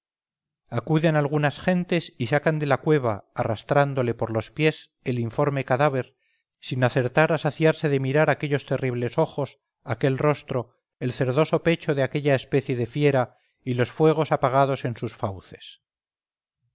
acuden algunas gentes y sacan de la cueva arrastrándole por los pies el informe cadáver sin acertar a saciarse de mirar aquellos terribles ojos aquel rostro el cerdoso pecho de aquella especie de fiera y los fuegos apagados en sus fauces